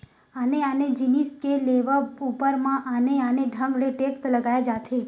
आने आने जिनिस के लेवब ऊपर म आने आने ढंग ले टेक्स लगाए जाथे